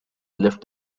left